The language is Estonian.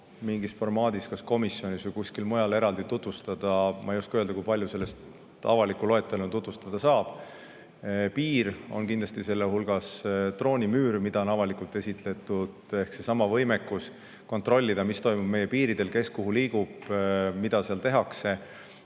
mingis formaadis kas komisjonis või kuskil mujal eraldi tutvustada. Ma ei oska öelda, kui paljut sellest avaliku loeteluna tutvustada saab. Piir on kindlasti selle hulgas, droonimüür, mida on avalikult esitletud, ehk seesama võimekus kontrollida, mis toimub meie piiridel, kes kuhu liigub, mida seal tehakse.